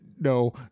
No